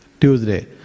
Tuesday